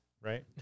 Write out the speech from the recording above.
right